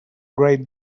great